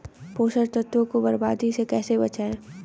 पोषक तत्वों को बर्बादी से कैसे बचाएं?